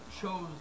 chose